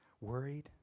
worried